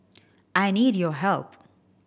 I need your help